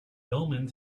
omens